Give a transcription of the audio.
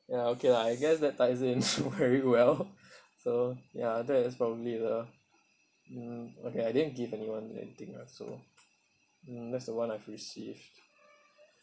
ya okay lah I guess that ties in very well so ya that is from me lah mm okay I didn't give anyone anything lah so mm that's the one I've received